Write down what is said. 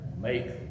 make